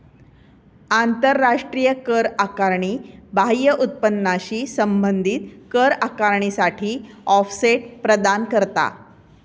आंतराष्ट्रीय कर आकारणी बाह्य उत्पन्नाशी संबंधित कर आकारणीसाठी ऑफसेट प्रदान करता